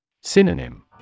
Synonym